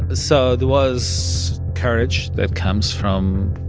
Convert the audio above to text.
but so there was courage that comes from,